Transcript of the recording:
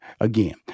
again